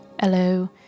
Hello